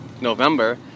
November